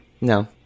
No